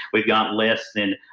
we've got less than